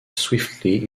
swiftly